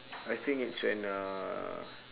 I think it's when uh